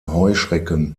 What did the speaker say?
heuschrecken